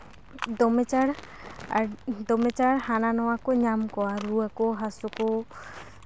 ᱫᱚᱢᱮ ᱪᱟᱲ ᱫᱚᱢᱮ ᱪᱟᱲ ᱦᱟᱱᱟ ᱱᱚᱣᱟ ᱠᱚ ᱧᱟᱢ ᱠᱚᱣᱟ ᱨᱩᱣᱟᱹ ᱠᱚ ᱦᱟᱹᱥᱩ ᱠᱚ